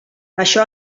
això